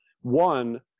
one